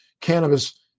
cannabis